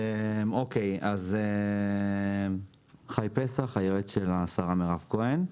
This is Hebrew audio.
אני היועץ של השרה מירב כהן.